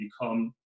become